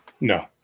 No